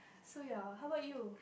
so your how about you